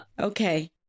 Okay